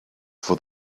for